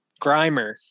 Grimer